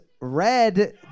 red